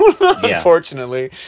unfortunately